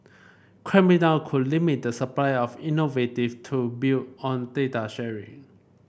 clamping down could limit the supply of innovative tool built on data sharing